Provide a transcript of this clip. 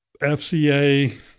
FCA